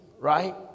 right